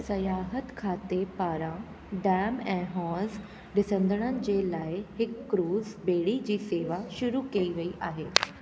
सयाहत खाते पारां डैम ऐं होज़ ॾिसंदड़नि जे लाइ हिकु क्रूज़ ॿेड़ी जी सेवा शुरू कई वई आहे